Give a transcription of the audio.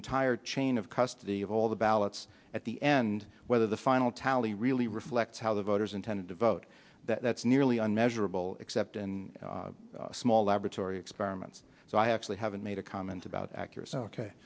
entire chain of custody of all the ballots at the end whether the final tally really reflects how the voters intended to vote that's nearly unmeasurable except in small laboratory experiments so i actually haven't made a comment about accura